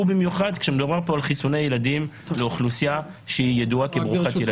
בעיקר כשמדובר על חיסוני ילדים לאוכלוסייה שידועה כברוכת ילדים.